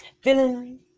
feeling